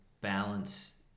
balance